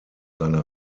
seine